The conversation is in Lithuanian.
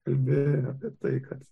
kalbi apie tai kad